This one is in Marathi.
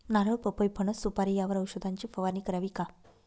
नारळ, पपई, फणस, सुपारी यावर औषधाची फवारणी करावी का?